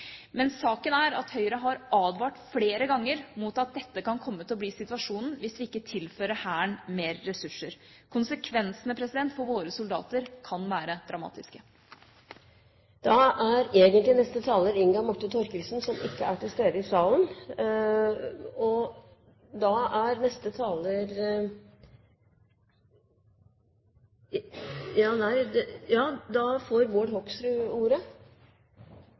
men saken er at Høyre har advart flere ganger mot at dette kan komme til å bli situasjonen hvis vi ikke tilfører Hæren mer ressurser. Konsekvensene for våre soldater kan være dramatiske. Da er egentlig neste taler Inga Marte Thorkildsen, som ikke er til stede i salen. Da får Bård Hoksrud ordet. – Det er bra folk er forberedt på å kunne stille på kort varsel! Vær så god, Bård Hoksrud.